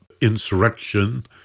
insurrection